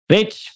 Rich